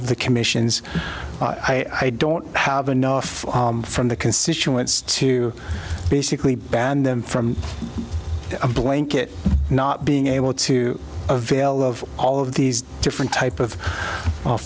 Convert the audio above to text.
of the commissions i don't have enough from the constituents to basically ban them from a blanket not being able to avail of all of these different type of